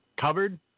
covered